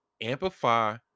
Amplify